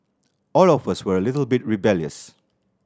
all of us were a little bit rebellious